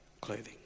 clothing